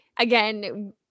again